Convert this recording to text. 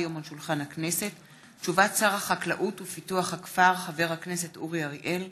שולחן הכנסת הודעת שר החקלאות ופיתוח הכפר אורי אריאל